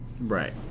Right